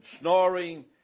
snoring